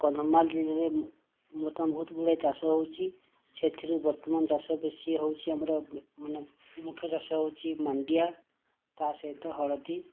କନ୍ଧମାଳ ଜିଲ୍ଲାରେ ବର୍ତ୍ତମାନ ବହୁତ ଗୁଡ଼ାଏ ଚାଷ ହେଉଛି ସେଥିରୁ ବର୍ତ୍ତମାନ ଚାଷ ବେଶି ହେଉଛି ଆମର ମାନେ ମୁଖ୍ୟ ଚାଷ ହେଉଛି ମାଣ୍ଡିଆ ତା ସହିତ ହଳଦୀ